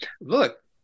look